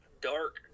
dark